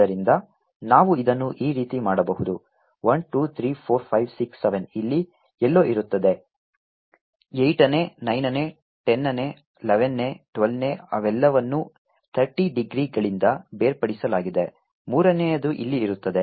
ಆದ್ದರಿಂದ ನಾವು ಇದನ್ನು ಈ ರೀತಿ ಮಾಡಬಹುದು 1 2 3 4 5 6 7 ಇಲ್ಲಿ ಎಲ್ಲೋ ಇರುತ್ತದೆ 8 ನೇ 9 ನೇ 10 ನೇ 11 ನೇ 12 ನೇ ಅವೆಲ್ಲವನ್ನೂ 30 ಡಿಗ್ರಿಗಳಿಂದ ಬೇರ್ಪಡಿಸಲಾಗಿದೆ ಮೂರನೆಯದು ಇಲ್ಲಿ ಇರುತ್ತದೆ